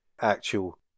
actual